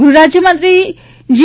ગૃહરાજયમંત્રી જી